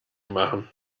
machen